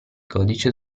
codice